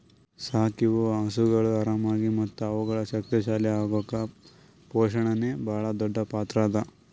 ಸಾಕಿವು ಹಸುಗೊಳ್ ಆರಾಮಾಗಿ ಮತ್ತ ಅವುಗಳು ಶಕ್ತಿ ಶಾಲಿ ಅಗುಕ್ ಪೋಷಣೆನೇ ಭಾಳ್ ದೊಡ್ಡ್ ಪಾತ್ರ ಅದಾ